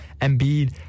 Embiid